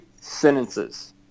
sentences